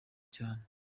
cyane